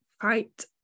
fight